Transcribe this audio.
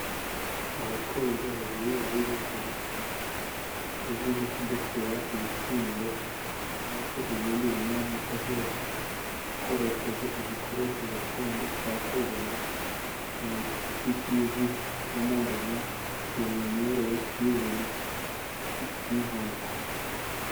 Abakobwa babiri bari gukora umurimo uzwi nko kugosora ibishyimbo, cyangwa se ibindi binyampeke byose, bakoresheje igikoresho gakondo cyakorwaga mu giti kizwi nk'umugano, kimenyerewe ku izina nk'inkoko.